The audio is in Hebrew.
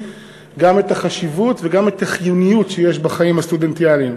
גם את החשיבות וגם את החיוניות שיש בחיים הסטודנטיאליים.